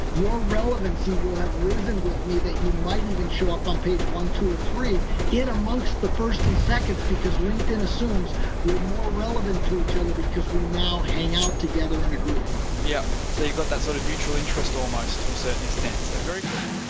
your relevancy will have risen with me. that you might even show up on page one, two or three in amongst the firsts and seconds, because linkedin assumes we're more relevant to each other because we now hang out together in a group. pete yeah, so you've got that sort of mutual interest almost to a certain extent, so very cool.